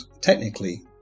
technically